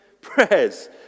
prayers